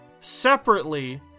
separately